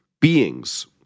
Beings